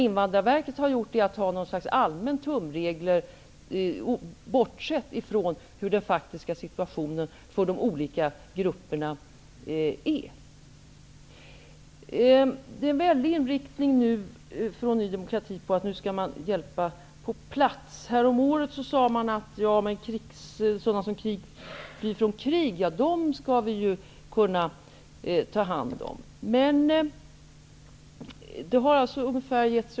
Invandrarverket har använt sig av allmänna tumregler och har bortsett från den faktiska situationen för de olika grupperna. Inriktningen hos Ny demokrati är nu att hjälpa på plats. Häromåret sade Ny demokrati att de som flyr från krig skall tas om hand.